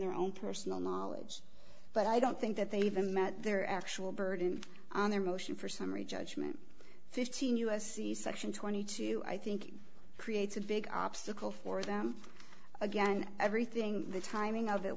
their own personal knowledge but i don't think that they even met their actual burden on their motion for summary judgment fifteen u s c section twenty two i think creates a big obstacle for them again everything the timing of it